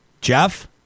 Jeff